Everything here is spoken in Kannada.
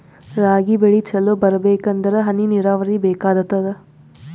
ರಾಗಿ ಬೆಳಿ ಚಲೋ ಬರಬೇಕಂದರ ಹನಿ ನೀರಾವರಿ ಬೇಕಾಗತದ?